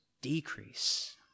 decrease